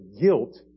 guilt